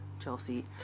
Chelsea